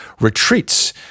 retreats